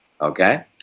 okay